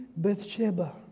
Bethsheba